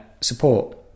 support